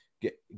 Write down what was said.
Get